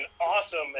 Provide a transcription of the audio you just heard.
awesome